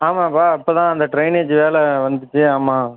ஆமாப்பா இப்போ தான் அந்த ட்ரைனேஜ் வேலை வந்துச்சு ஆமாம்